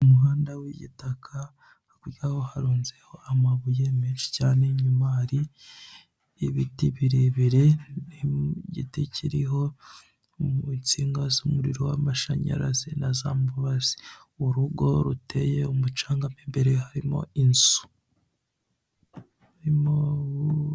Umuhanda w'igitaka, hakurya yaho harunze amabuye menshi cyane. Inyuma hari ibiti birebire n'igiti kiriho insinga z'umuriro w'amashanyarazi na za mubazi. Urugo ruteye umucanga, m' imbere harimo inzu.